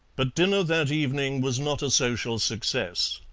but dinner that evening was not a social success.